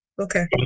Okay